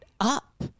up